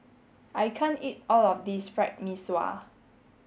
I can't eat all of this fried Mee Sua